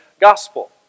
gospel